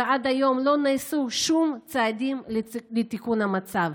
ועד היום לא נעשו שום צעדים לתיקון המצב,